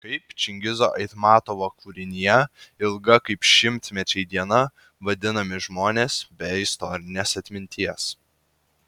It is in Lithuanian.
kaip čingizo aitmatovo kūrinyje ilga kaip šimtmečiai diena vadinami žmonės be istorinės atminties